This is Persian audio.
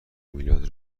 میلاد